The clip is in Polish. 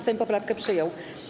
Sejm poprawkę przyjął.